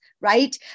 Right